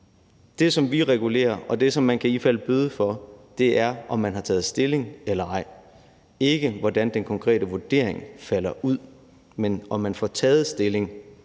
Det, som vi regulerer, og det, som man kan ifalde bøde for, er, om man har taget stilling eller ej, ikke hvordan den konkrete vurdering falder ud, men om man får taget stilling,